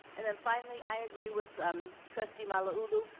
and then finally, i agree with um trustee malauulu.